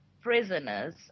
prisoners